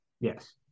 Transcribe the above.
Yes